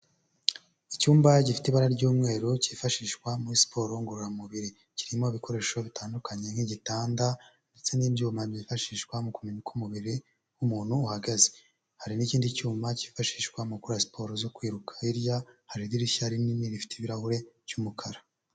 Icyumba gifite ibara ry'umweru, cyifashishwa muri siporo ngororamubiri, kirimo ibikoresho bitandukanye nk'igitanda ndetse n'ibyuma byifashishwa mu kumenya uko umubiri w'umuntu uhagaze. Hari n'ikindi cyuma cyifashishwa mu gukora siporo zo kwiruka, hirya hari idirishya rinini rifite ibirahure by'umukara.